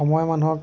সময়ে মানুহক